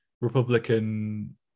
Republican